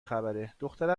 خبرهدختره